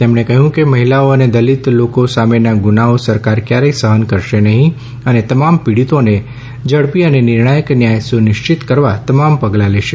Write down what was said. તેમણે કહ્યું કે મહિલાઓ અને દલિત લોકો સામેના ગુનાઓ સરકાર ક્યારેથ સહન કરશે નહીં અને તમામ પીડિતોને ઝડપી અને નિર્ણાયક ન્યાય સુનિશ્ચિત કરવા તમામ પગલાં લેશે